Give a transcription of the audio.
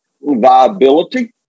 viability